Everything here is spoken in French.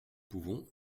pouvons